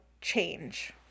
change